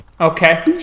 Okay